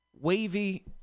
wavy